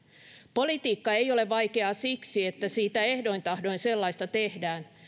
politiikka ei ole vaikeaa siksi että siitä ehdoin tahdoin sellaista tehdään